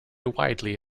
widely